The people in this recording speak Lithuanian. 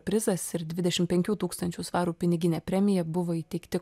prizas ir dvidešim penkių tūkstančių svarų piniginė premija buvo įteikti